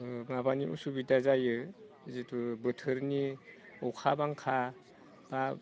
माबानि उसुबिदा जायो जिथु बोथोरनि अखा बांखा बा